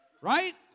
Right